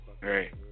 Right